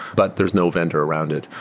but there's no vendor around it.